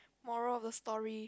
moral of the story